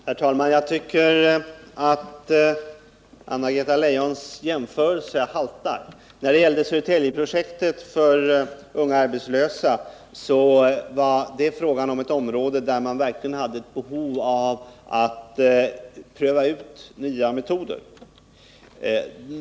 Herr talman! Jag tycker att Anna-Greta Leijons jämförelse haltar. Södertäljeprojektet för unga arbetslösa gällde ett område där man verkligen hade behov av att pröva ut nya metoder.